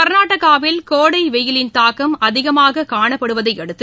கர்நாடகாவில் கோடை வெயிலின் தாக்கம் அதிகமாக காணப்படுவதையடுத்து